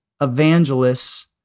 evangelists